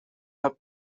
have